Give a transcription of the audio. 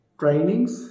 trainings